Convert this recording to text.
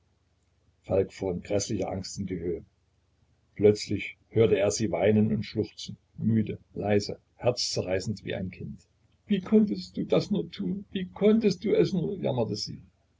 falk fuhr in gräßlicher angst in die höhe plötzlich hörte er sie weinen und schluchzen müde leise herzzerreißend wie ein kind wie konntest du das nur tun wie konntest du es nur jammerte sie